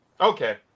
Okay